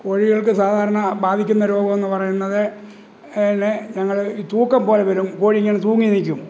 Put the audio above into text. കോഴികൾക്ക് സാധാരണ ബാധിക്കുന്ന രോഗം എന്നു പറയുന്നത് ഇന്നെ ഞങ്ങൾ ഈ തൂക്കം പോലെവരും കോഴി ഇങ്ങനെ തൂങ്ങി നിൽക്കും